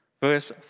verse